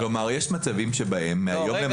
יש מצבים שבהם מקבלים מהיום למחר.